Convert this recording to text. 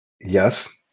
Yes